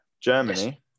Germany